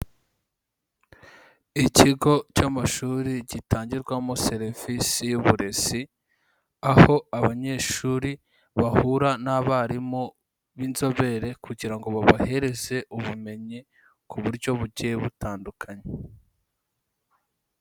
Ikigo cy'amashuri gitangirwamo serivisi y'uburezi, aho abanyeshuri bahura n'abarimu b'inzobere kugira ngo babahereze ubumenyi ku buryo bugiye butandukanye.